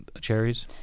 cherries